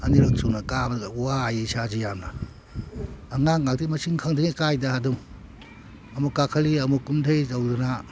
ꯑꯅꯤꯔꯛ ꯁꯨꯅ ꯀꯥꯕꯗ ꯋꯥꯏ ꯏꯁꯥꯁꯤ ꯌꯥꯝꯅ ꯑꯉꯥꯡ ꯉꯥꯛꯇ ꯃꯁꯤꯡ ꯈꯪꯗꯒꯩ ꯀꯥꯏꯗ ꯑꯗꯨꯝ ꯑꯃꯨꯛ ꯀꯥꯈꯠꯂꯤ ꯑꯃꯨꯛ ꯀꯨꯝꯗꯩ ꯇꯧꯗꯅ